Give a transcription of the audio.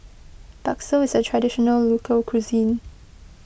Bakso is a Traditional Local Cuisine